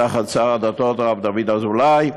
תחת שר הדתות דוד אזולאי.